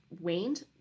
waned